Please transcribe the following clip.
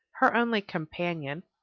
her only companion,